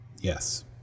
yes